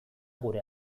gure